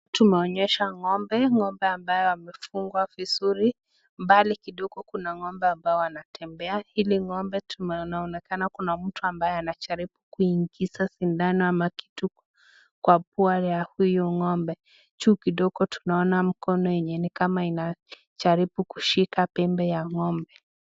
Tumeonyeshwa ngombe, ngombe ambaye amefungwa vizuri mbali kidogo Kuna ngombe ambao wanatembea vile ngombe inaonekana Kuna mtu anayeanajaribu kuingiza sindano au kitu kwa pua ya huyu ngombe, juu kidogo tunaona mkono yenye amejaribu kushika pembeni ya ngombe.